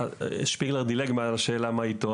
שפיגלר דילג מעל השאלה מה איתו,